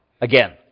again